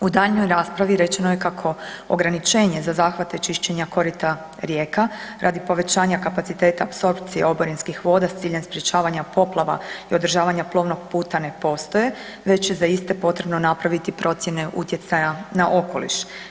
U daljnjoj raspravi rečeno je kako ograničenje za zahvate čišćenja korita rijeka radi povećanja kapaciteta apsorpcije oborinskih voda s ciljem sprečavanja poplava i održavanja plovnog puta ne postoje već je za iste potrebno napraviti procjene utjecaja na okoliš.